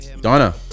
donna